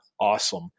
awesome